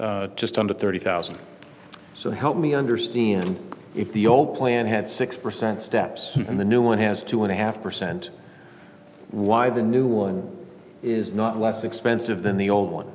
t just under thirty thousand or so help me understand if the old plan had six percent steps in the new one has two and a half percent why the new one is not less expensive than the old one